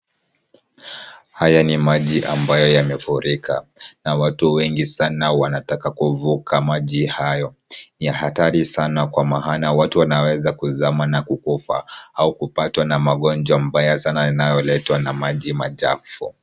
Haya ni maji ambayo yamefurika na watu wengi sana wanataka kuvuka maji hayo ya hatari sana kwa maana watu wanaweza kuzama na kukufa au kupatwa na magonjwa mbaya sana yanayoletwa na maji machafu.